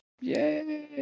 Yay